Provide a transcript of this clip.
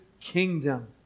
kingdom